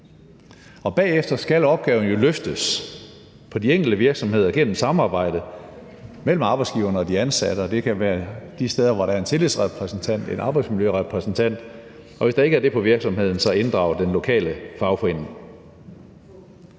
Bagefter skal opgaven jo løftes på de enkelte virksomheder gennem samarbejde mellem arbejdsgiveren og de ansatte, og det kan være de steder, hvor der er en tillidsrepræsentant, en arbejdsmiljørepræsentant. Og hvis der ikke er det på virksomheden, kan man inddrage den lokale fagforening.